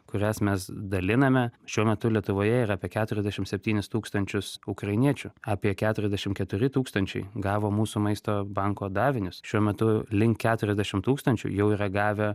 kurias mes daliname šiuo metu lietuvoje yra apie keturiasdešim septynis tūkstančius ukrainiečių apie keturiasdešim keturi tūkstančiai gavo mūsų maisto banko davinius šiuo metu link keturiasdešim tūkstančių jau yra gavę